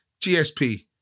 GSP